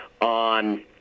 on